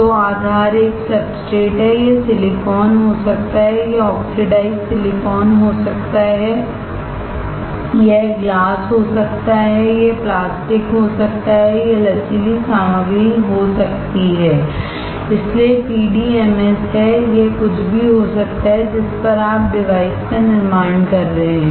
तो आधार एक सब्सट्रेट है यह सिलिकॉन हो सकता है यह ऑक्सिडाइज सिलिकॉन हो सकता है यह ग्लास हो सकता है यह प्लास्टिक हो सकता है यह लचीली सामग्री हो सकती है इसलिए पीडीएमएस है यह कुछ भी हो सकता है जिस पर आप डिवाइस का निर्माण कर रहे हैं